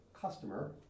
customer